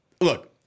Look